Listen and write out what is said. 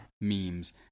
memes